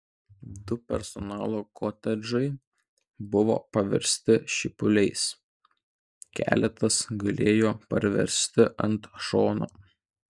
du personalo kotedžai buvo paversti šipuliais keletas gulėjo parversti ant šono